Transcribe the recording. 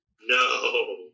no